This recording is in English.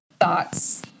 thoughts